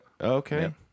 Okay